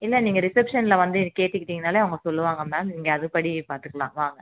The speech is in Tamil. இல்லை நீங்கள் ரிசப்ஷன்னில் வந்து கேட்டுக்கிட்டீங்கனாலே அவங்க சொல்லுவாங்கள் மேம் நீங்கள் அது படி பார்த்துக்கலாம் வாங்க